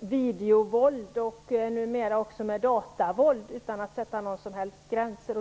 videovåld och numera också datavåld utan att vi har satt några som helst gränser.